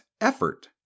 effort